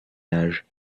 âge